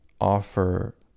offer